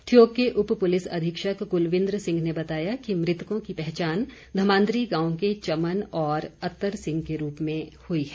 ठियोग के उपपुलिस अधीक्षक कुलविंद्र सिंह ने बताया कि मृतकों की पहचान धमांद्री गांव के चमन और अत्तर सिंह के रूप में हुई है